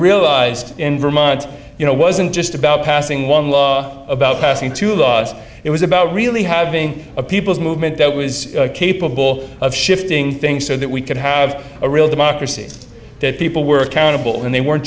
realized in vermont you know wasn't just about passing one law about passing two laws it was about really having a people's movement that was capable of shifting things so that we could have a real democracy that people were countable and they weren't